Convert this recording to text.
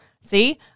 See